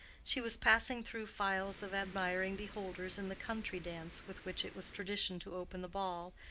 she was passing through files of admiring beholders in the country-dance with which it was traditional to open the ball,